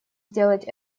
сделать